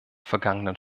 vergangenen